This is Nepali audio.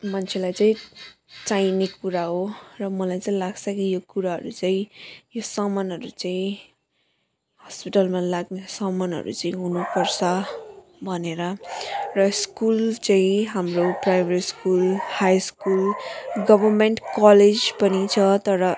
मान्छेलाई चाहिँ चाहिने कुरा हो र मलाई चाहिँ लाग्छ कि यो कुराहरू चाहिँ यो समानहरू चाहिँ हस्पिटलमा लाग्ने समानहरू चाहिँ हुनुपर्छ भनेर र स्कुल चाहिँ हाम्रो private school high school government college पनि छ तर